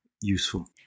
useful